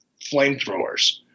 flamethrowers